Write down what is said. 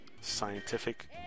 scientific